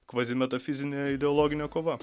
kvazimetafizinė ideologinė kova